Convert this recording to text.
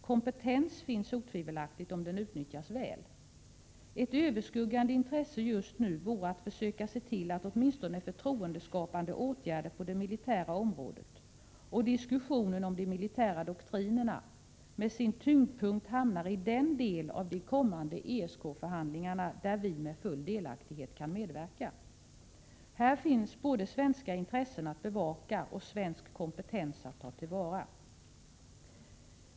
Kompetens finns otvivelaktigt, om den utnyttjas väl. Ett överskuggande intresse just nu vore att försöka se till att åtminstone förtroendeskapande åtgärder på det militära området och diskussionen om de militära doktrinerna med sin tyngdpunkt hamnar i den del av de kommande ESK-förhandlingarna där vi med full delaktighet kan medverka. Här finns både svenska intressen att bevaka och svensk kompetens att ta till vara.